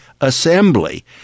assembly